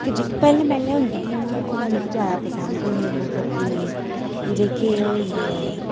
पैह्लें पैह्लें ओह् मिगी ज्यादा पसंद हे मतलव कि जेह्के ओह् होई गे